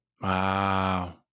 Wow